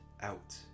out